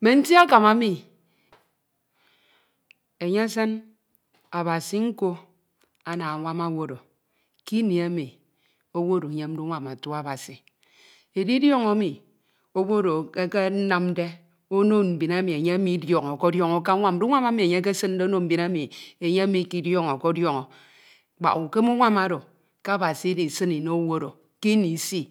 mme nti akam emi, enye esin Abasi nko ana anwam owu oro kini emi owu oro enyemde unwam otu Abasi, edidiọñ emi owu oro akanamde ono mbin emi enye midiọñọkediọñọ akanwamde, unwam emi enye ekesinde ono mbin emi enye mikediọñọkediọñọ, kpak ukem unwam oro ke Abasi ida isin ino owu oro ke ini isi